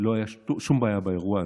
ולא הייתה שום בעיה באירוע הזה,